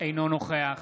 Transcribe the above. אינו נוכח